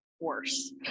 worse